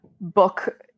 book